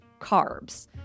carbs